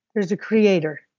there's a creator,